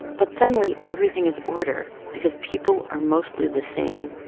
but suddenly, everything is order because people are mostly the same